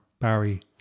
Barry